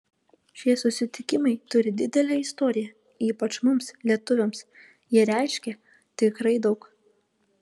šie susitikimai turi didelę istoriją ypač mums lietuviams jie reiškia tikrai daug